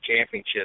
championship